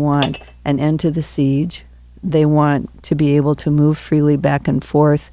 want an end to the siege they want to be able to move freely back and forth